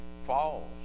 falls